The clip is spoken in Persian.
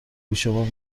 گوشمان